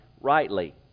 rightly